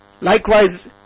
Likewise